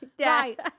Right